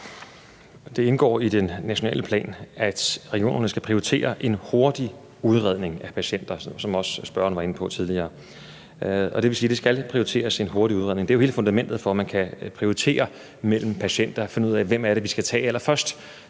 Det indgår i den nationale plan, at regionerne skal prioritere en hurtig udredning af patienterne, sådan som spørgeren også var inde på tidligere. Det vil sige, at de skal prioritere en hurtigere udredning. Det er jo hele fundamentet for, at man kan prioritere mellem patienterne og finde ud af, hvem man skal tage allerførst.